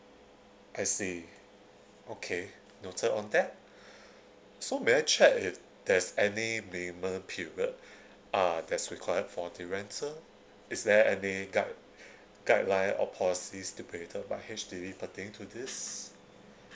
I see okay noted on that so may I check if there's any minimal period uh that's required for the rental is there any guide guideline or policies by H_D_B pertaining to this